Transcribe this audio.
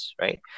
right